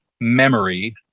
memory